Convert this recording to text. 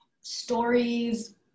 stories